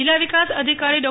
જિલ્લા વિકાસ અધિકારી ડો